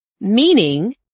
Meaning